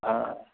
हाँ